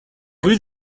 rue